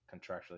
contractually